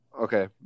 Okay